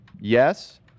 yes